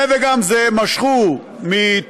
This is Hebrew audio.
זה וגם זה משכו מטול-כרם,